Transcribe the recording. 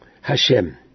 Hashem